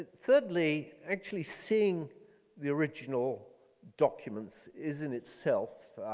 thirdly, actually seeing the original documents is in itself,